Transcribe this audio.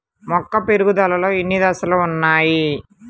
మొక్క పెరుగుదలలో ఎన్ని దశలు వున్నాయి?